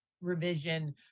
revision